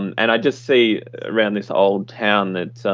and i just see around this old town that